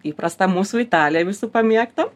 įprasta mūsų italija visų pamėgta